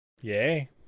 Yay